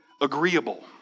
agreeable